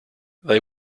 they